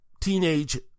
teenage